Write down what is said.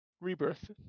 rebirth